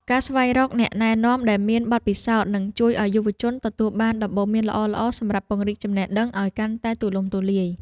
ការស្វែងរកអ្នកណែនាំដែលមានបទពិសោធន៍នឹងជួយឱ្យយុវជនទទួលបានដំបូន្មានល្អៗសម្រាប់ពង្រីកចំណេះដឹងឱ្យកាន់តែទូលំទូលាយ។